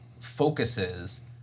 focuses